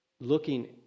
Looking